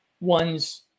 one's